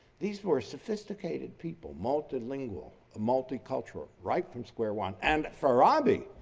these were sophisticated people, multilingual multicultural right from square one. and farabi,